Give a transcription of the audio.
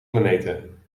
planeten